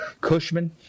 Cushman